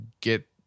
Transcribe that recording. get